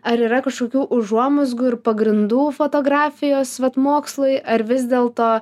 ar yra kažkokių užuomazgų ir pagrindų fotografijos vat mokslui ar vis dėlto